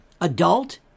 adult